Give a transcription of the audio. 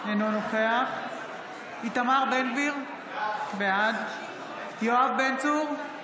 אינו נוכח איתמר בן גביר, בעד יואב בן צור,